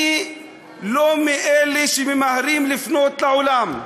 אני לא מאלה שממהרים לפנות לעולם.